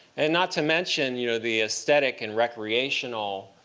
and not to mention you know the aesthetic and recreational,